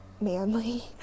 manly